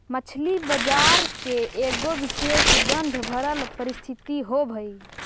मछली बजार के एगो विशेष गंधभरल परिस्थिति होब हई